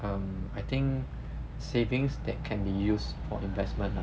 um I think savings that can be used for investment ah